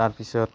তাৰপিছত